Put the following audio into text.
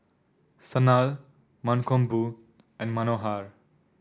Sanal Mankombu and Manohar